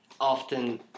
often